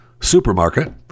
supermarket